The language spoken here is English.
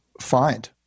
find